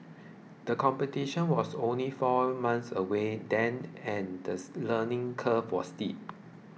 the competition was only four months away then and this learning curve was steep